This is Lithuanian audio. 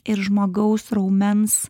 ir žmogaus raumens